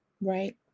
Right